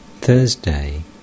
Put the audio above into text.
Thursday